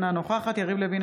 אינה נוכחת יריב לוין,